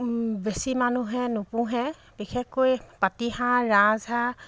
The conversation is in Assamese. বেছি মানুহে নুপুহে বিশেষকৈ পাতিহাঁহ ৰাজহাঁহ